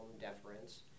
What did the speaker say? deference